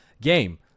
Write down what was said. game